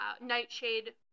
Nightshade